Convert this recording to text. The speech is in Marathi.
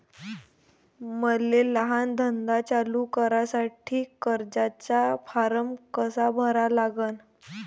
मले लहान धंदा चालू करासाठी कर्जाचा फारम कसा भरा लागन?